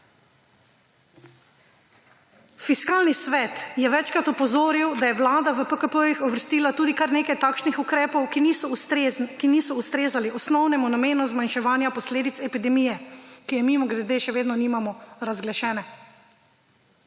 Fiskalni svet je večkrat opozoril, da je vlada v PKP-jih uvrstila tudi kar nekaj takšnih ukrepov, ki niso ustrezali osnovnemu namenu zmanjševanja posledic epidemije, ki je, mimogrede, še vedno nimamo razglašene.